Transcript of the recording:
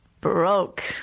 broke